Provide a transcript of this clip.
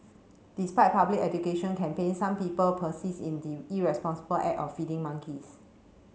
despite public education campaigns some people persist in the irresponsible act of feeding monkeys